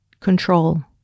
control